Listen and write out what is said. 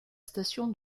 station